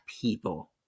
people